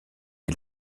est